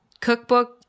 cookbook